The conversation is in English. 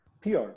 PR